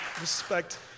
respect